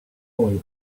boy